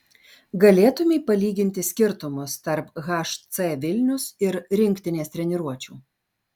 galėtumei palyginti skirtumus tarp hc vilnius ir rinktinės treniruočių